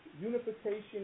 unification